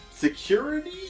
Security